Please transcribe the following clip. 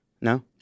no